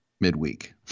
midweek